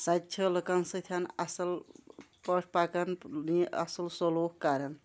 سۄ تہِ چھےٚ لُکن سۭتۍ اَصٕل پٲٹھۍ پَکان اَصٕل سلوٗک کران